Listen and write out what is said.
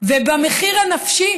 ובמחיר הנפשי,